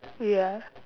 wait ah